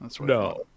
No